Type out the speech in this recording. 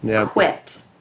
quit